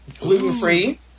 gluten-free